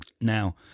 now